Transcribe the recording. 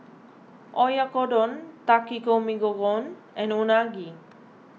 Oyakodon Takikomi Gohan and Unagi